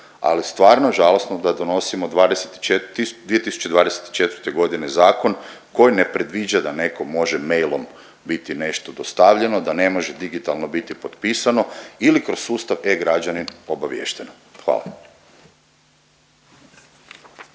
ali stvarno je žalosno da donosimo 2024.g. zakon koji ne predviđa da neko može mailom biti nešto dostavljeno, da ne može digitalno biti potpisano ili kroz sustav e-Građanin obaviješteno. Hvala.